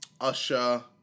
Usher